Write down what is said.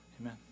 Amen